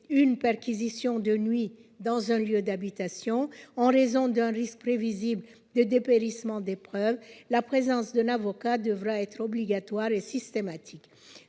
une perquisition de nuit dans un lieu d'habitation en raison d'un risque prévisible de dépérissement des preuves, la présence d'un avocat devra être obligatoire et systématique.